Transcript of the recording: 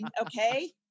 okay